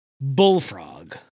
Bullfrog